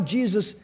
Jesus